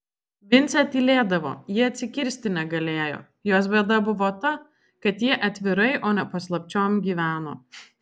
vincė tylėdavo ji atsikirsti negalėjo jos bėda buvo ta kad ji atvirai o ne paslapčiom gyveno